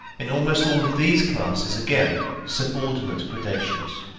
in almost all of these classes, again, subordinate gradations.